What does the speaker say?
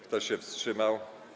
Kto się wstrzymał?